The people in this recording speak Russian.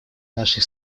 нашей